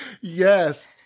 Yes